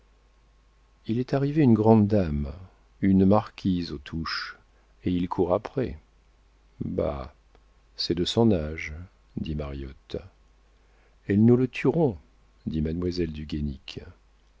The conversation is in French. il est arrivé une grande dame une marquise aux touches et il court après bah c'est de son âge dit mariotte elles nous le tueront dit mademoiselle du